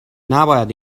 نباید